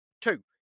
Two